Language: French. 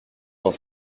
dans